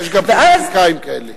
יש גם פוליטיקאים כאלה.